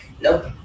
nope